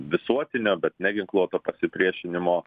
visuotinio bet neginkluoto pasipriešinimo